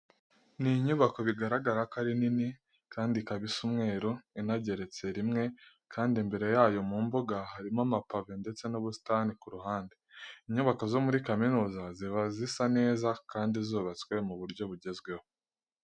Ni inyubako bigaragara ko ari nini kandi ikaba isa umweru inageretse rimwe kandi imbere yayo mu mbuga harimo amapave ndetse n'ubusitani ku ruhande. Inyubako zo muri kaminiza ziba zisa neza kandi zubatswe mu buryo bugezweho.